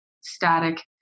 static